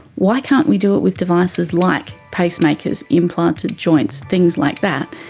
why can't we do it with devices like pacemakers, implanted joints, things like that,